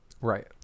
Right